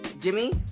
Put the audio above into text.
Jimmy